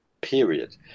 period